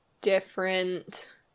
different